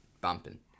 bumping